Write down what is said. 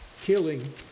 killing